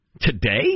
Today